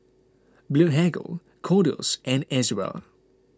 Blephagel Kordel's and Ezerra